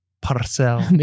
Parcel